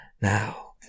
Now